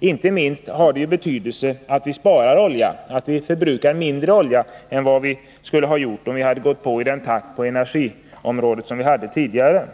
Inte minst har det betytt att vi förbrukar mindre olja än vi skulle ha gjort om vi hållit samma takt i arbetet på energiområdet som tidigare.